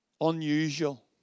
unusual